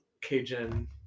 Cajun